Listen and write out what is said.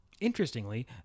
Interestingly